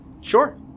Sure